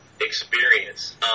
experience